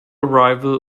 arrival